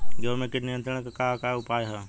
गेहूँ में कीट नियंत्रण क का का उपाय ह?